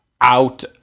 out